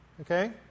Okay